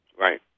Right